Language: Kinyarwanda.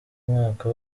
mwaka